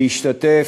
להשתתף,